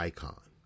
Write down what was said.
Icon